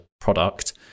product